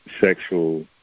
sexual